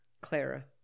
Clara